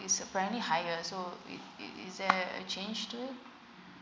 is apparently higher so it is there a change to it